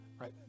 right